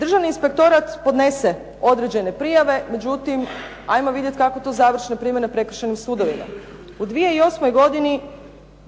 Državni inspektorat podnese određene prijave, međutim ajmo vidjeti kako to završi na primjer na prekršajnim sudovima. U 2008. godini